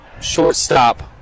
shortstop